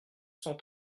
cent